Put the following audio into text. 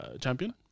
champion